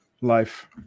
life